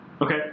Okay